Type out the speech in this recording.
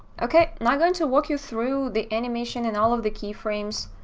okay, not going to walk you through the animation and all of the keyframes